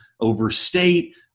overstate